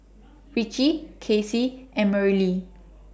Ritchie Cassie and Merrily